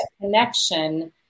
connection